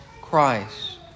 Christ